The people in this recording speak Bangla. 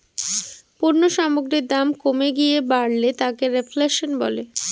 পণ্য সামগ্রীর দাম কমে গিয়ে বাড়লে তাকে রেফ্ল্যাশন বলে